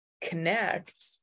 connect